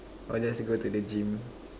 or just go to the gym